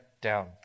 down